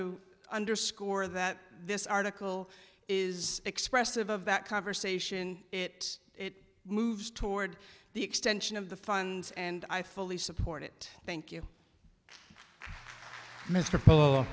to underscore that this article is expressive of that conversation it it moves toward the extension of the funds and i fully support it thank you m